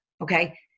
okay